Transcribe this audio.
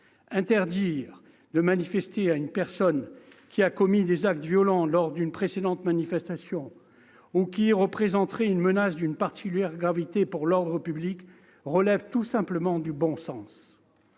Interdire de manifester à une personne qui a commis des actes violents lors d'une précédente manifestation ou qui présenterait une menace d'une particulière gravité pour l'ordre public relève tout simplement du bon sens.